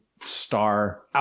Star